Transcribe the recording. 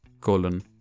colon